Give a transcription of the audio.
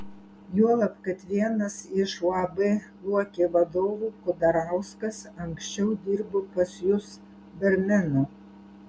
juolab kad vienas iš uab luokė vadovų kudarauskas anksčiau dirbo pas jus barmenu